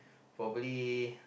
probably